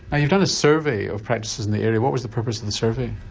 now you've done a survey of practices in the area, what was the purpose of the survey?